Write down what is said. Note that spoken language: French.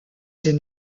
c’est